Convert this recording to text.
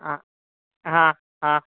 हा हा हा हा